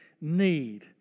need